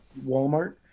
Walmart